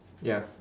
ya